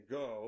go